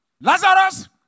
Lazarus